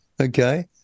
Okay